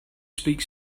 speak